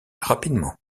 rapidement